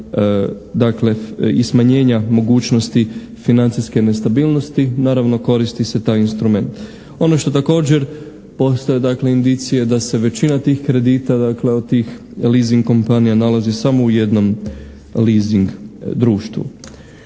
dakle i smanjenja mogućnosti financijske nestabilnosti, naravno koristi se taj instrument. Ono što također postoje dakle indicije da se većina tih kredita od tih leasing kompanija nalazi u samo jednom leasing društvu.